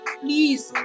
please